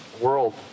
world